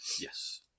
Yes